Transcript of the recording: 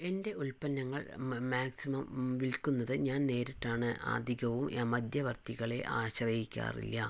എൻ്റെ ഉൽപ്പന്നങ്ങൾ മാക്സിമം വിൽക്കുന്നത് ഞാൻ നേരിട്ടാണ് അധികവും മധ്യവർത്തികളെ ആശ്രയിക്കാറില്ല